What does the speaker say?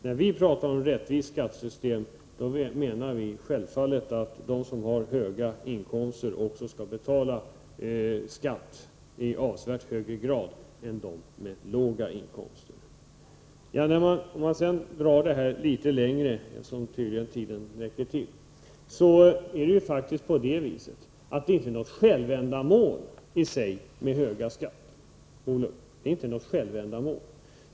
När vi pratar om ett rättvist skattesystem menar vi självfallet att de som har höga inkomster också skall betala skatt i avsevärt högre grad än de som har låga inkomster. Om jag får tala litet längre, eftersom tiden tydligen räcker till, vill jag säga att höga skatter naturligtvis inte är något självändamål.